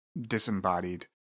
disembodied